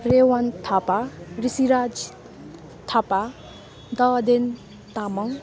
Rewan Thapa Rishiraj Thapa Dawaden Tamang